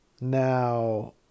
Now